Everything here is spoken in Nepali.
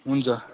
हुन्छ